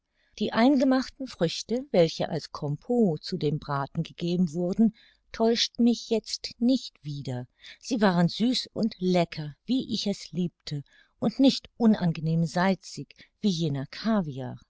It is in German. die eingemachten früchte welche als compot zu dem braten gegeben wurden täuschten mich jetzt nicht wieder sie waren süß und lecker wie ich es liebte und nicht unangenehm salzig wie jener caviar